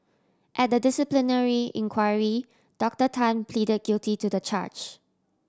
at the disciplinary inquiry Doctor Tan plead guilty to the charge